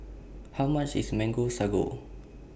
How much IS Mango Sago